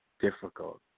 difficult